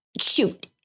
Shoot